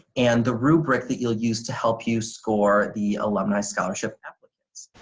and the rubric that you'll use to help you score the alumni scholarship applicants.